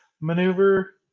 maneuver